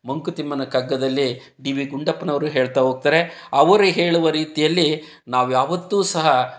ಮಂಕುತಿಮ್ಮನ ಕಗ್ಗದಲ್ಲಿ D V ಗುಂಡಪ್ಪನವರು ಹೇಳ್ತಾ ಹೋಗ್ತಾರೆ ಅವರು ಹೇಳುವ ರೀತಿಯಲ್ಲಿ ನಾವು ಯಾವತ್ತೂ ಸಹ